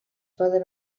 poden